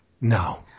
No